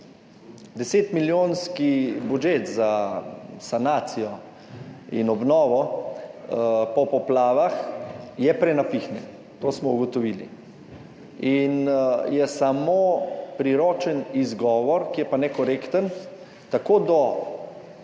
10-milijonski budžet za sanacijo in obnovo po poplavah je prenapihnjen, to smo ugotovili. In je samo priročen izgovor, ki je pa nekorekten tako do